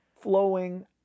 flowing